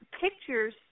pictures